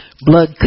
blood